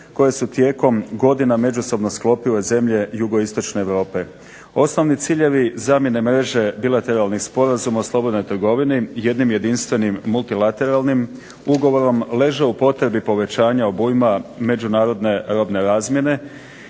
koji su tijekom godina međusobno sklopile zemlje Jugoistočne Europe. Osnovni ciljevi zamjene mreže bilatelarnih sporazuma o slobodnoj trgovini jednim jedinstvenim multilateralnim ugovorom leže u potrebi povećanja obujma međunarodne robne razmjene,